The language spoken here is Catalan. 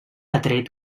atret